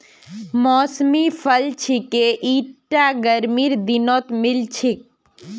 मौसमी फल छिके ईटा गर्मीर दिनत मिल छेक